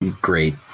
Great